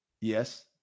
Yes